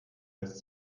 lässt